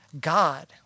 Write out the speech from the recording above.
God